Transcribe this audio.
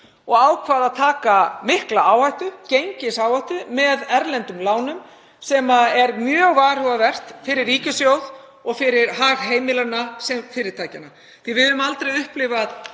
og ákvað að taka mikla áhættu, gengisáhættu, með erlendum lánum, sem er mjög varhugavert fyrir ríkissjóð og fyrir hag heimilanna, fyrirtækjanna,